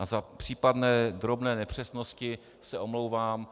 Za případné drobné nepřesnosti se omlouvám.